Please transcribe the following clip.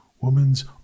woman's